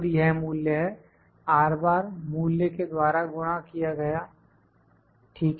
यह मूल्य है मूल्य के द्वारा गुणा किया गया ठीक है